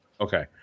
Okay